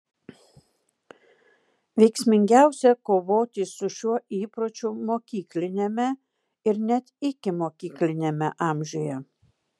veiksmingiausia kovoti su šiuo įpročiu mokykliniame ir net ikimokykliniame amžiuje